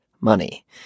money